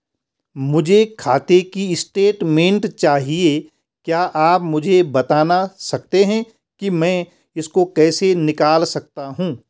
मुझे खाते की स्टेटमेंट चाहिए क्या आप मुझे बताना सकते हैं कि मैं इसको कैसे निकाल सकता हूँ?